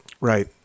Right